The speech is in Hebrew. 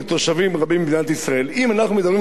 אם אנחנו מדברים על הגדלת הגירעון ל-3%,